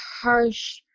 harsh